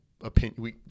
opinion